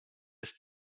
ist